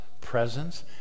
presence